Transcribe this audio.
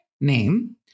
name